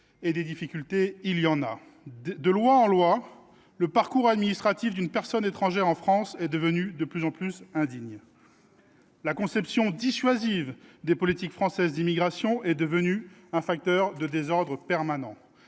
et des difficultés, il y en a. De loi en loi, le parcours administratif d’une personne étrangère en France est devenu de plus en plus indigne. La conception dissuasive des politiques françaises d’immigration est devenue un facteur de désordre permanent.